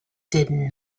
did